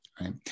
right